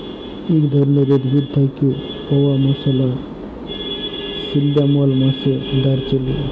ইক ধরলের উদ্ভিদ থ্যাকে পাউয়া মসলা সিল্লামল মালে দারচিলি